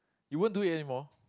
you won't do it anymore